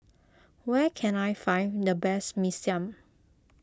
where can I find the best Mee Siam